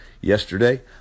Yesterday